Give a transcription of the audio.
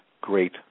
great